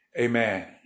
Amen